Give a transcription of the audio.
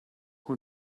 who